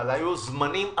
אבל היו זמנים אחרים.